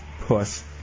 Puss